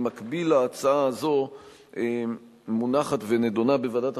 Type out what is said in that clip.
במקביל להצעה הזאת מונחת ונדונה בוועדת החוקה,